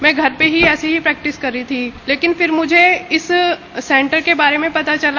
मैं घर में ही ऐसे ही प्रैक्टिस कर रही थी लेकिन फिर मुझे एक सेन्टर के बारे में पता चला